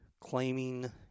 claiming